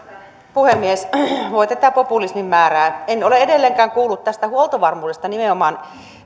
puhemies voi tätä populismin määrää en ole edelleenkään kuullut tästä huoltovarmuudesta nimenomaan